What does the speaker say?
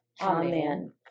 Amen